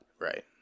Right